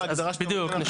בדיוק.